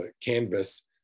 canvas